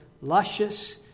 luscious